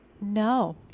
No